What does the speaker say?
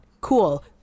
cool